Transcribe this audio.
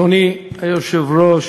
אדוני היושב-ראש,